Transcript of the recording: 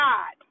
God